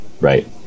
Right